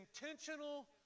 intentional